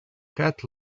cat